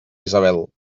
isabel